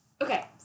Okay